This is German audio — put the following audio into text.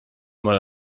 mal